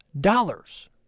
dollars